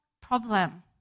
problem